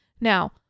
Now